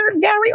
Gary